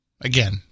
again